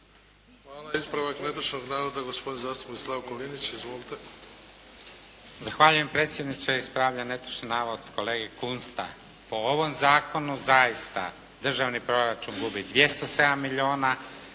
Hvala. Ispravak netočnog navoda gospodin zastupnik Slavko Linić. Izvolite! **Linić, Slavko (SDP)** Zahvaljujem predsjedniče. Ispravljam netočni navod kolege Kunsta. Po ovom zakonu zaista državni proračun gubi 207 milijuna,